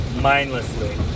mindlessly